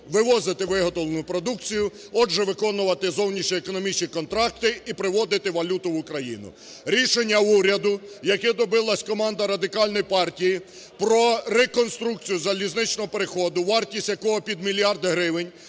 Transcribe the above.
вивозити виготовлену продукцію, отже, виконувати зовнішньоекономічні контракти і приводити валюту в Україну. Рішення уряду, яке добилася команда Радикальної партії, про реконструкцію залізничного переходу, вартість якого під мільярд гривень,